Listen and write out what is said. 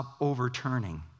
overturning